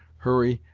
hurry,